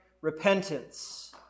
Repentance